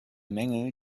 mängel